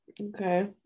Okay